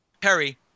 Perry